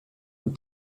and